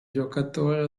giocatore